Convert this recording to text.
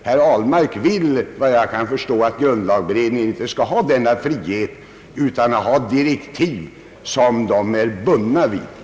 Herr Ahlmark vill, såvitt jag kan förstå, inte att grundlagberedningen skall ha denna frihet utan att den skall ha direktiv som den är bunden av.